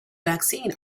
vaccine